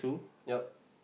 ya